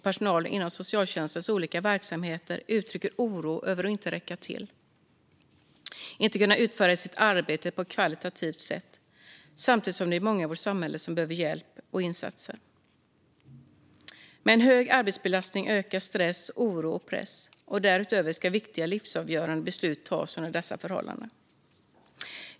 Personalen inom socialtjänstens olika verksamheter uttrycker oro över att inte räcka till och att inte kunna utföra sitt arbete på ett kvalitativt sätt, samtidigt som det är många i vårt samhälle som behöver hjälp och insatser. Med en hög arbetsbelastning ökar stress, oro och press, och därutöver ska viktiga livsavgörande beslut fattas under dessa förhållanden.